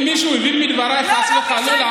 אם מישהו הבין מדבריי, חס וחלילה, לא.